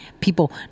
people